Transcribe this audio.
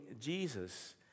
Jesus